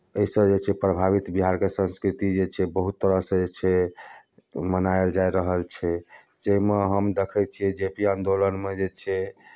एहिसँ जे छै प्रभावित बिहारके संस्कृति जे छै बहुत तरहसँ जे छै मनायल जा रहल छै जाहिमे हम देखैत छियै जे पी आंदोलनमे जे छै